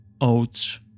oats